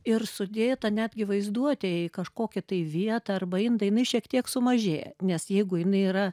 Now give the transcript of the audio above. ir sudėta netgi vaizduotėje į kažkokią tai vietą arba indą jinai šiek tiek sumažėja nes jeigu jinai yra